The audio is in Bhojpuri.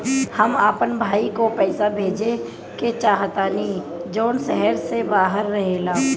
हम अपन भाई को पैसा भेजे के चाहतानी जौन शहर से बाहर रहेला